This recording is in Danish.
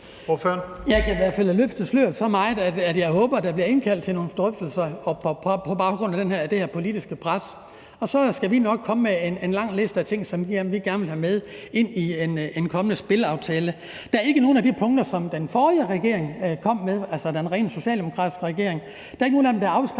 Jeg kan i hvert fald løfte sløret så meget, at jeg kan sige, at jeg håber, der bliver indkaldt til nogle drøftelser på baggrund af det her politiske pres, og så skal vi nok komme med en lang liste af ting, som vi gerne vil have med i en kommende spilaftale. Der er ikke nogen af de punkter, som den forrige regering kom med – altså den rent socialdemokratiske regering – som er afskrækkende,